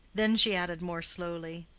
then she added more slowly,